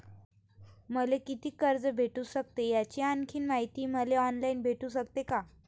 मले कितीक कर्ज भेटू सकते, याची आणखीन मायती मले ऑनलाईन भेटू सकते का?